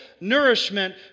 nourishment